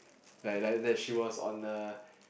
like like that she was on a